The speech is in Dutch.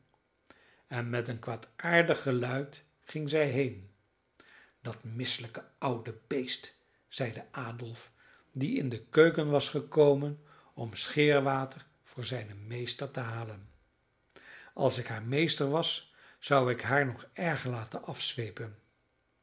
en met een kwaadaardig geluid ging zij heen dat misselijke oude beest zeide adolf die in de keuken was gekomen om scheerwater voor zijnen meester te halen als ik haar meester was zou ik haar nog erger laten